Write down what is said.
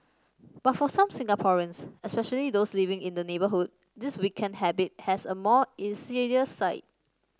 but for some Singaporeans especially those living in the neighbourhood this weekend habit has a more insidious side